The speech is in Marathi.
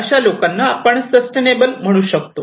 अशा लोकांना आपण सस्टेनेबल म्हणू शकतो